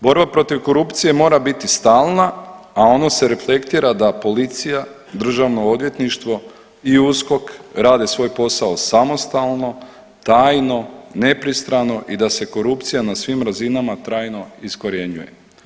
Borba protiv korupcije mora biti stalna, a ono se reflektira da policija, Državno odvjetništvo i USKOK rade svoj posao samostalno, tajno, nepristrano i da se korupcija na svim razinama trajno iskorjenjuje.